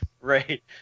Right